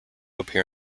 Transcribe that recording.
appear